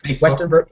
Western